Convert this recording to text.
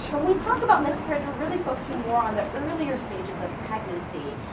so when we talk about miscarriage we're really focusing more on the earlier stages of pregnancy.